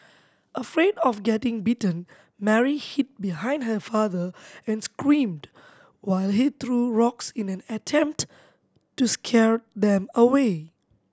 afraid of getting bitten Mary hid behind her father and screamed while he threw rocks in an attempt to scare them away